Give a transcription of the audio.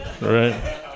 right